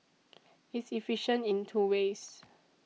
it's efficient in two ways